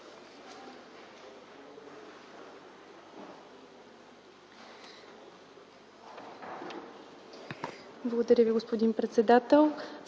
Благодаря Ви, господин председател.